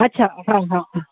अछा हा हा